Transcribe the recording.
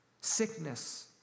sickness